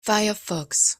firefox